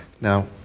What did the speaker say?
Now